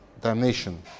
damnation